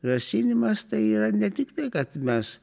grasinimas tai yra ne tik tai kad mes